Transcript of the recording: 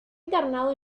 internado